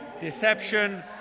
deception